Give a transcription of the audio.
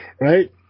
Right